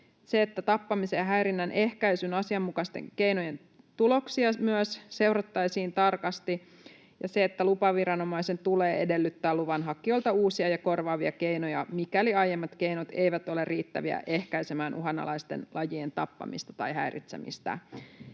tappamisen ja häirinnän ehkäisyn asianmukaisten keinojen tuloksia myös seurattaisiin tarkasti ja että lupaviranomaisen tulee edellyttää luvan hakijoilta uusia ja korvaavia keinoja, mikäli aiemmat keinot eivät ole riittäviä ehkäisemään uhanalaisten lajien tappamista tai häiritsemistä